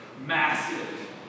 massive